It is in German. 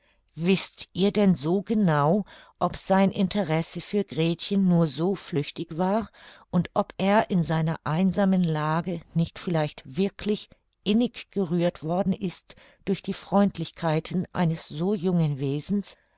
wißt ihr denn so genau ob sein interesse für gretchen nur so flüchtig war und ob er in seiner einsamen lage nicht vielleicht wirklich innig gerührt worden ist durch die freundlichkeiten eines so jungen wesens